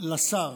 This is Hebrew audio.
לשר